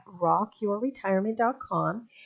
rockyourretirement.com